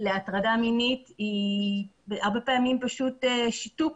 להטרדה מינית היא הרבה פעמים פשוט שיתוק